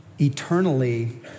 eternally